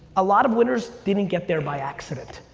a lot of winners didn't get there by accident.